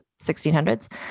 1600s